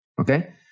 Okay